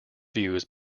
views